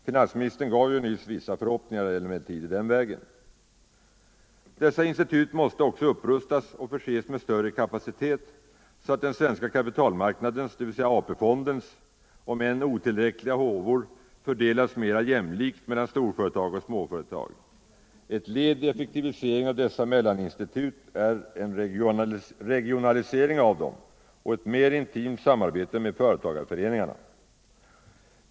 Finansministern gav ju nyss uttryck för vissa förhoppningar i den riktningen. Dessa institut måste också upprustas och förses med större kapacitet så att den svenska kapitalmarknadens, dvs. AP-fondens, om än otillräckliga håvor fördelas mer jämlikt mellan storföretag och småföretag. Ett led i effektiviseringen av dessa mellaninstitut är regionalisering av dem och ett mer intimt samarbete med företagarföreningarna.